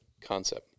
concept